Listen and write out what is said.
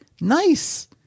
nice